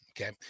okay